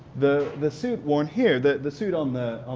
the the suit worn here, the the suit on the